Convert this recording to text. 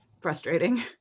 frustrating